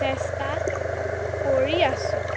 চেষ্টা কৰি আছোঁ